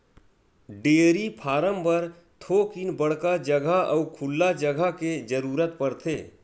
dairy farm बर थोकिन बड़का जघा अउ खुल्ला जघा के जरूरत परथे